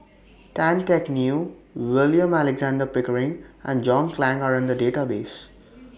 Tan Teck Neo William Alexander Pickering and John Clang Are in The Database